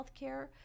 healthcare